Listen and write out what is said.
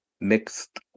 mixed